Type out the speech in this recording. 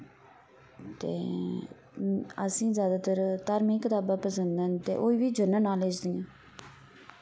तें असें जैदातर धार्मिक कताबां पसंद न ते होई वी जनर्ल नालेज दियां